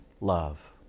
love